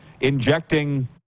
injecting